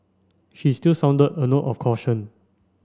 she still sounded a note of caution